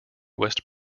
west